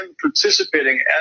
participating